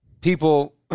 people